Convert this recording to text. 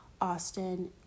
Austin